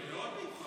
מאוד מאוחר.